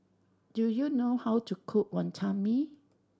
do you know how to cook Wantan Mee